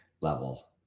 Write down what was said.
level